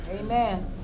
Amen